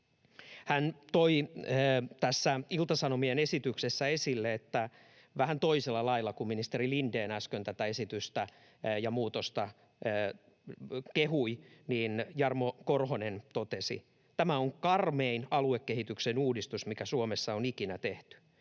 Hän toi tässä Ilta-Sanomien uutisessa esille — vähän toisella lailla kuin ministeri Lindén äsken tätä esitystä ja muutosta kehui — eli Jarmo Korhonen totesi: ”Tämä on karmein aluekehityksen uudistus, mikä Suomessa on ikinä tehty.